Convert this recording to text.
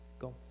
Go